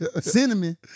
cinnamon